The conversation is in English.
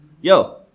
Yo